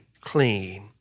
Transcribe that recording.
clean